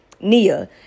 Nia